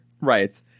Right